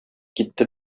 китте